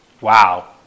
wow